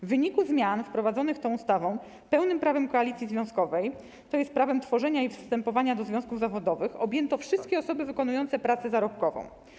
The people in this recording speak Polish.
W wyniku zmian wprowadzonych tą ustawą pełnym prawem koalicji związkowej, tj. prawem tworzenia i wstępowania do związków zawodowych, objęto wszystkie osoby wykonujące pracę zarobkową.